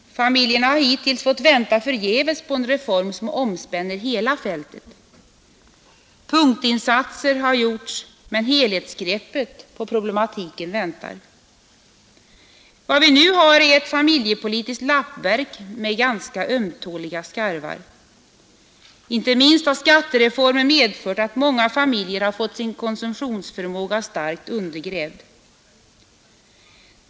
Familjerna har hittills fått vänta förgäves på en reform som omspänner hela fältet. Punktinsatser har gjorts men helhetsgreppet på problematiken väntar. Vad vi nu har är ett familjepolitiskt lappverk med ganska ömtåliga skarvar. Inte minst har skattereformen medfört att många familjer har fått sin konsumtionsförmåga starkt undergrävd.